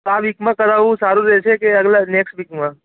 તો આ વીકમાં કરાવવું સારું રહેશે કે આગલા નેક્સ્ટ વીકમાં